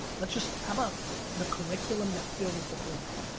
let's just, how about the curriculum that fills the format?